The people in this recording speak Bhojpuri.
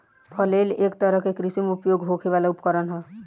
फ्लेल एक तरह के कृषि में उपयोग होखे वाला उपकरण ह